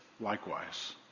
Likewise